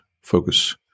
focus